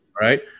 Right